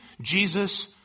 Jesus